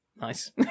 Nice